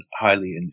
highly